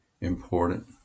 important